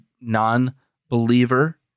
non-believer